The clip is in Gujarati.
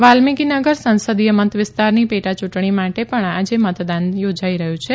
વાલ્મિકીનગર સંસદીય મત વિસ્તારની પેટાયૂંટણી માટે પણ મતદાન યોજાઈ રહ્યું છે